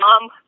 mom